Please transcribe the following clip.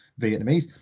Vietnamese